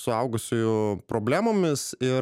suaugusiųjų problemomis ir